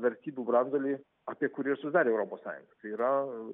vertybių branduolį apie kurį ir susidarė europos sąjunga tai yra